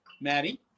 Maddie